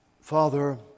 Father